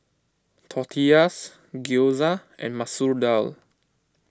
Tortillas Gyoza and Masoor Dal